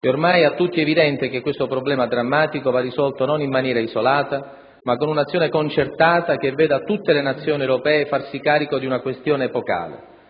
È ormai a tutti evidente che questo problema drammatico va risolto non in maniera isolata, ma con un'azione concertata che veda tutte le Nazioni europee farsi carico di una questione epocale